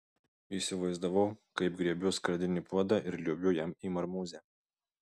įsivaizdavau kaip griebiu skardinį puodą ir liuobiu jam į marmūzę